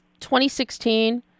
2016